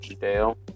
Dale